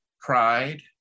pride